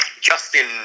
Justin